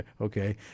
Okay